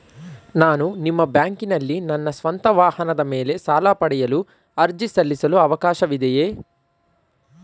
ನಾನು ನಿಮ್ಮ ಬ್ಯಾಂಕಿನಲ್ಲಿ ನನ್ನ ಸ್ವಂತ ವಾಹನದ ಮೇಲೆ ಸಾಲ ಪಡೆಯಲು ಅರ್ಜಿ ಸಲ್ಲಿಸಲು ಅವಕಾಶವಿದೆಯೇ?